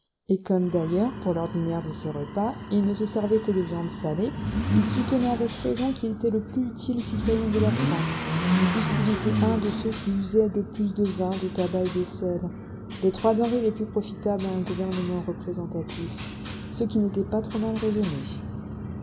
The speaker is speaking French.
et comme d'ailleurs pour l'ordinaire de ses repas il ne se servait que de viandes salées il soutenait avec raison qu'il était le plus utile citoyen de la france puisqu'il était un de ceux qui usaient le plus de vin de tabac et de sel les trois denrées les plus profitables à un gouvernement représentatif ce qui n'était pas trop mal raisonner